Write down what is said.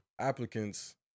applicants